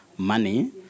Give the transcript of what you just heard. money